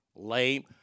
Lame